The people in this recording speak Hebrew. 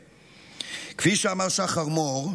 כפי שאמר שחר מור,